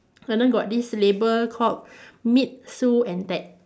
and then got this label called meet Sue and Ted